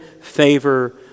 favor